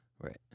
Right